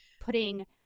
putting